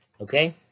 Okay